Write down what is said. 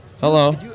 Hello